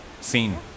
scene